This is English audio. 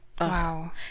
wow